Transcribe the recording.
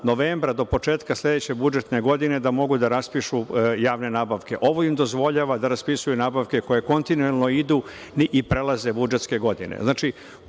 oktobra-novembra do početka sledeće budžetske godine da mogu da raspišu javne nabavke. Ovo im dozvoljava da raspisuju nabavke koje kontinuelno idu i prelaze budžetske godine.